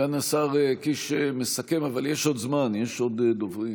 סגן השר קיש מסכם, אבל יש עוד זמן, יש עוד דוברים.